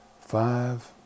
five